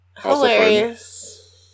Hilarious